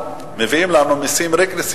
אתה בא ואומר, אוקיי, מביאים לנו מסים רגרסיביים,